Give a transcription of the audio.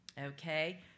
okay